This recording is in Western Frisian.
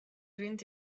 rint